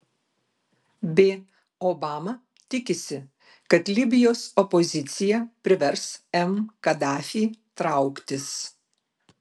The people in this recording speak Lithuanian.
b obama tikisi kad libijos opozicija privers m kadafį trauktis